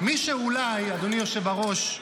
אדוני היושב-ראש,